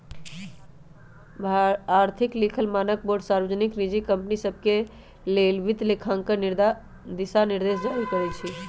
आर्थिक लिखल मानकबोर्ड सार्वजनिक, निजी कंपनि सभके लेल वित्तलेखांकन दिशानिर्देश जारी करइ छै